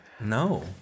No